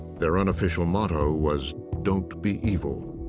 their unofficial motto was, don't be evil.